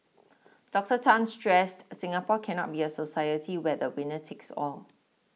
Doctor Tan stressed Singapore cannot be a society where the winner takes all